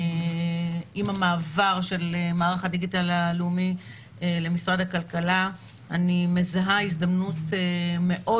עם המעבר של מערך הדיגיטל הלאומי למשרד הכלכלה אני מזהה הזדמנות מאוד